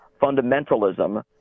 fundamentalism